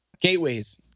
Gateways